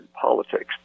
politics